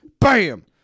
BAM